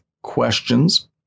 Questions